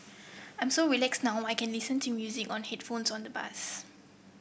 I'm so relaxed now I can listen to music on headphones on the bus